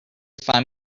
find